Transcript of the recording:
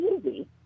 easy